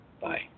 Bye